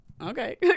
okay